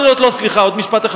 סליחה, עוד משפט אחד.